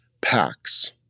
packs